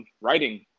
writing